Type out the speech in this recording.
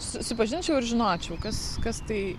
susipažinčiau ir žinočiau kas kas tai